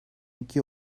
iki